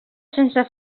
sense